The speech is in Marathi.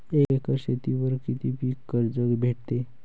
एक एकर शेतीवर किती पीक कर्ज भेटते?